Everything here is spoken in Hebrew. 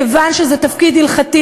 כיוון שזה תפקיד הלכתי,